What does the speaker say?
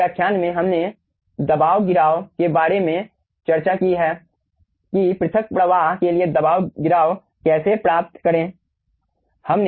इस व्याख्यान में हमने दबाव गिराव के बारे में चर्चा की है कि पृथकृत प्रवाह के लिए दबाव गिराव कैसे प्राप्त करें